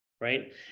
right